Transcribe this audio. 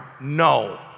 No